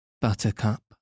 Buttercup